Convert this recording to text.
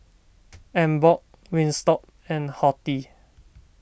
Emborg Wingstop and Horti